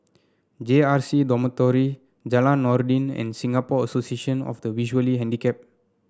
J R C Dormitory Jalan Noordin and Singapore Association of the Visually Handicapped